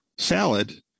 salad